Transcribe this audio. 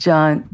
John